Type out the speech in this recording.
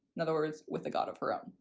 in other words, with the god of her own.